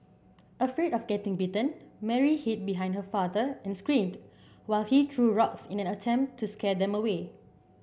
afraid of getting bitten Mary hid behind her father and screamed while he threw rocks in an attempt to scare them away